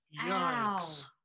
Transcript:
Yikes